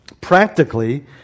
practically